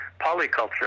polyculture